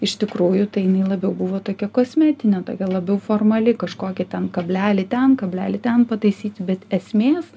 iš tikrųjų tai jinai labiau buvo tokia kosmetinė tokia labiau formali kažkokį ten kablelį ten kablelį ten pataisyti bet esmės